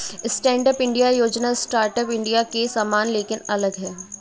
stand up India योजना startup India के समान लेकिन अलग है